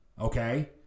okay